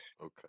Okay